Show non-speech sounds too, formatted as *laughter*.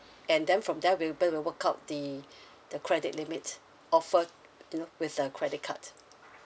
and then from there we able work out the *breath* the credit limit offer you know with the credit cards